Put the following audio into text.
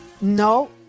No